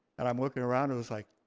and i'm looking around and was like,